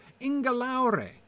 Ingalaure